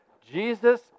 Jesus